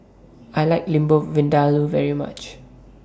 I like Lamb Vindaloo very much